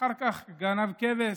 אחר כך גנב כבש,